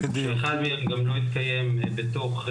שאחד מהם גם לא התקיים בתוך,